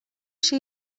się